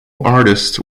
artist